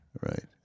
right